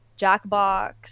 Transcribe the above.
jackbox